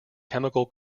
chemical